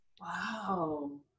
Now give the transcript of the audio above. Wow